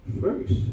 first